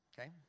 okay